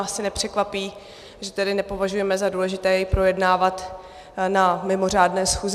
Asi nepřekvapí, že nepovažujeme za důležité jej projednávat na mimořádné schůzi.